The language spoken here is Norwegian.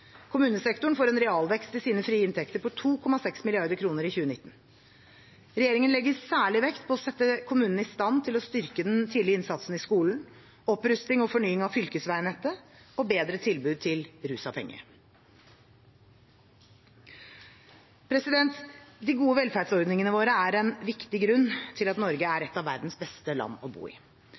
Kommunesektoren får en realvekst i sine frie inntekter på 2,6 mrd. kr i 2019. Regjeringen legger særlig vekt på å sette kommunene i stand til å styrke den tidlige innsatsen i skolen, opprusting og fornying av fylkesveinettet og bedre tilbudet til rusavhengige. De gode velferdsordningene våre er en viktig grunn til at Norge er et av verdens beste land å bo i.